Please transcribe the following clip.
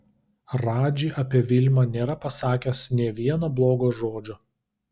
radži apie vilmą nėra pasakęs nė vieno blogo žodžio